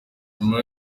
nyuma